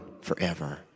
forever